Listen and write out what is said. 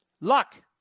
Luck